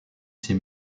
ses